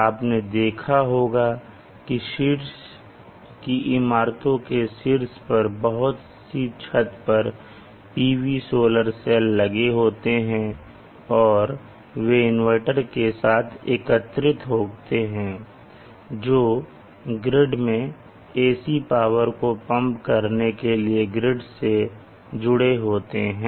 आपने देखा होगा कि इमारतों के शीर्ष पर बहुत सी छत पर PV सोलर सेल लगे होते हैं और वे इनवर्टर के साथ एकीकृत होते हैं जो ग्रिड में AC पावर को पंप करने के लिए ग्रिड से जुड़े होते हैं